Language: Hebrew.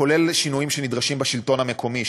כולל שינויים שנדרשים בשלטון המקומי,